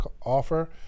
offer